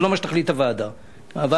ולא מה שתחליט הוועדה הזאת.